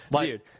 dude